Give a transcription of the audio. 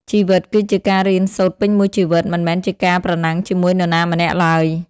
ជីវិតគឺជាការរៀនសូត្រពេញមួយជីវិត មិនមែនជាការប្រណាំងជាមួយនរណាម្នាក់ឡើយ។